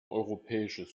europäisches